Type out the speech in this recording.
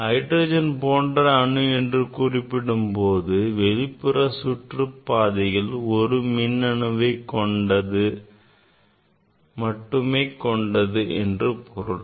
hydrogen போன்ற அணு என்று குறிப்பிடும் போது வெளிப்புற சுற்றுப்பாதையில் ஒரு மின்னணுவை மட்டுமே கொண்டது என்று பொருள்